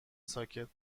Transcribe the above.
ساکت